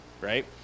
right